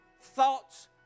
thoughts